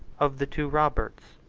of the two roberts,